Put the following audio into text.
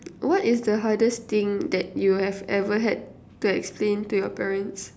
what is the hardest thing that you have ever had to explain to your parents